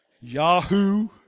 Yahoo